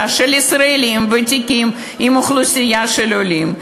של ישראלים לאוכלוסייה של העולים.